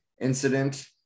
incident